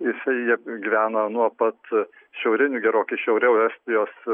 jisai gyvena nuo pat šiaurinių gerokai šiauriau estijos